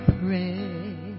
pray